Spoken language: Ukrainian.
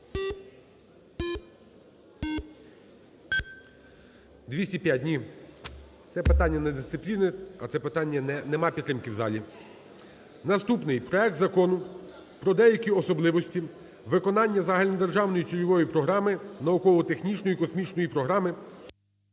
205. Ні, це питання не дисципліни, а це питання - немає підтримки в залі. Наступний проект Закону: про деякі особливості виконання Загальнодержавної цільової програми, науково-технічної космічної програми